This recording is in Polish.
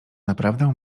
naprawdę